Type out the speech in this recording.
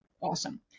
Awesome